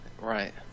Right